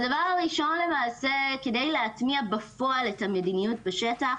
הדבר הראשון למעשה כדי להטמיע בפועל את המדיניות בשטח,